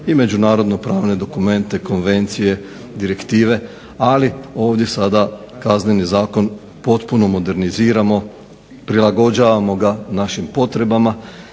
i međunarodnopravne dokumente, konvencije, direktive, ali ovdje sada Kazneni zakon potpuno moderniziramo, prilagođavamo ga našim potrebama